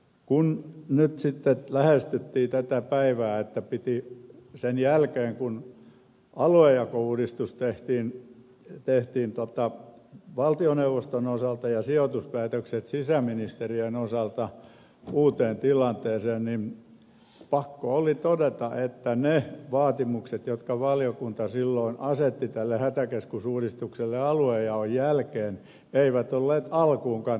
kun nyt sitä lähestyttiin tätä päivää että piti sen jälkeen kun aluejakouudistus tehtiin valtioneuvoston osalta ja sijoituspäätökset sisäministeriön osalta uuteen tilanteeseen niin pakko oli todeta että ne vaatimukset jotka valiokunta silloin asetti tälle hätäkeskusuudistukselle aluejaon jälkeen eivät olleet alkuunkaan toteutuneet